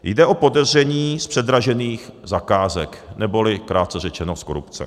Jde o podezření z předražených zakázek, neboli krátce řečeno z korupce.